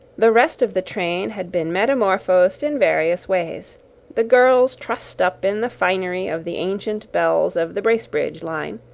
the rest of the train had been metamorphosed in various ways the girls trussed up in the finery of the ancient belles of the bracebridge line,